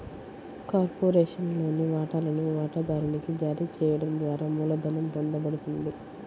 కార్పొరేషన్లోని వాటాలను వాటాదారునికి జారీ చేయడం ద్వారా మూలధనం పొందబడుతుంది